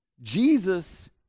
jesus